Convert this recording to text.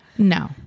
No